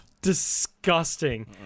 disgusting